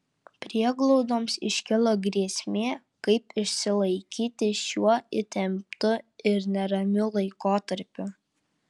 prieglaudoms iškilo grėsmė kaip išsilaikyti šiuo įtemptu ir neramiu laikotarpiu